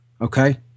okay